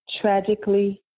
tragically